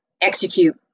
execute